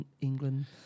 England